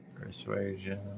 persuasion